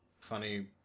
Funny